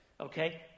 Okay